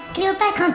Cléopâtre